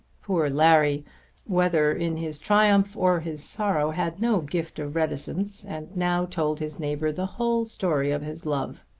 poor larry whether in his triumph or his sorrow had no gift of reticence and now told his neighbour the whole story of his love.